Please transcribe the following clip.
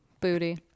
Booty